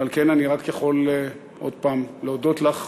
ועל כן אני רק יכול עוד פעם להודות לך.